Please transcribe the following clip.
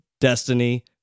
Destiny